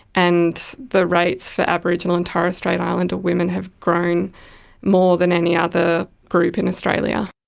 and the rates for aboriginal and torres strait islander women have grown more than any other group in australia.